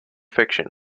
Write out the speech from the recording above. fiction